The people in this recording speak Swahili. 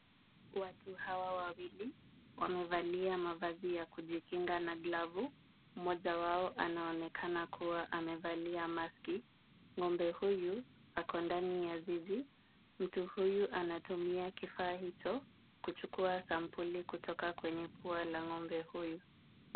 Watu hawa wawili wamevalia mavazi ya kujikinga na glavu. Mmoja wao anaonekana kuwa amevali maski. Ngombe huyu ako ndani ya zizi. Mtu huyu anatumia kifaa hicho kuchukua sampuli kutoka kwenye pua la ngombe huyu.